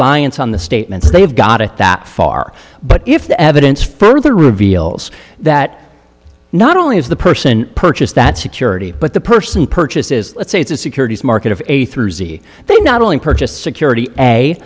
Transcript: reliance on the statements they've got that far but if the evidence further reveals that not only is the person purchased that security but the person purchases let's say it's a securities market of a through z they not only purchased security a